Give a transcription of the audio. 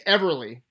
Everly